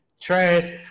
Trash